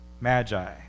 magi